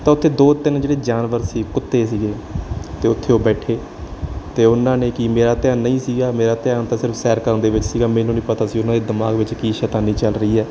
ਤਾਂ ਉੱਥੇ ਦੋ ਤਿੰਨ ਜਿਹੜੇ ਜਾਨਵਰ ਸੀ ਕੁੱਤੇ ਸੀਗੇ ਅਤੇ ਉੱਥੇ ਉਹ ਬੈਠੇ ਅਤੇ ਉਨ੍ਹਾਂ ਨੇ ਕੀ ਮੇਰਾ ਧਿਆਨ ਨਹੀਂ ਸੀਗਾ ਮੇਰਾ ਧਿਆਨ ਤਾਂ ਸਿਰਫ਼ ਸੈਰ ਕਰਨ ਦੇ ਵਿੱਚ ਸੀਗਾ ਮੈਨੂੰ ਨਹੀਂ ਪਤਾ ਸੀ ਉਨ੍ਹਾਂ ਦੇ ਦਿਮਾਗ ਵਿੱਚ ਕੀ ਸ਼ੈਤਾਨੀ ਚੱਲ ਰਹੀ ਹੈ